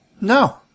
No